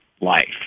life